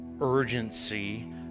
urgency